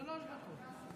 שלוש דקות.